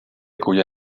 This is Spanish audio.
cuya